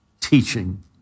teaching